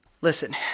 Listen